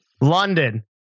London